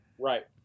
Right